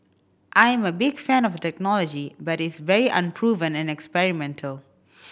I am a big fan of the technology but it is very unproven and experimental